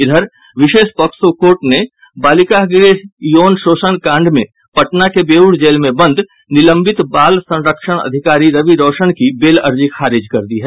इधर विशेष POCSO court ने बालिका गृह यौन शोषण कांड में पटना के बेऊर जेल में बंद निलंबित बाल संरक्षण अधिकारी रवि रौशन की बेल अर्जी खारिज कर दी है